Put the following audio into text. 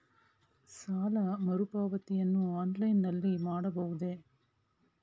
ಸಾಲ ಮರುಪಾವತಿಯನ್ನು ಆನ್ಲೈನ್ ನಲ್ಲಿ ಮಾಡಬಹುದೇ?